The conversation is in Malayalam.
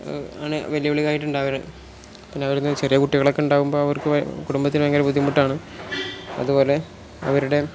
ആണ് വെല്ലുവിളികായിട്ടുണ്ടാകാറ് പിന്നെ അവരിന്ന് ചെറിയ കുട്ടികളൊക്കെ ഉണ്ടാകുമ്പോൾ അവർക്ക് കുടുംബത്തിന് ഭയങ്കര ബുദ്ധിമുട്ടാണ് അതു പോലെ അവരുടെ